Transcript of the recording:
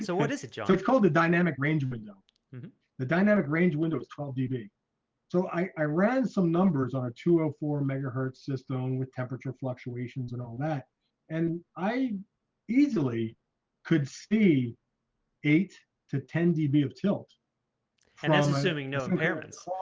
so what is it yeah it's called the dynamic range window the dynamic range window is twelve db so i ran some numbers on a two hundred and four megahertz system with temperature fluctuations and all that and i easily could see eight to ten db of tilt and that's assuming those impairments